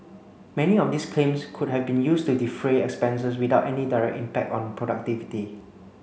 many of these claims could have been used to defray expenses without any direct impact on productivity